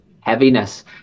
heaviness